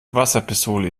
wasserpistole